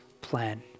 plan